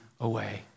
away